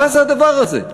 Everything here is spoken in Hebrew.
מה זה הדבר הזה?